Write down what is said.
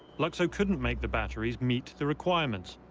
lukso couldn't make the batteries meet the requirements.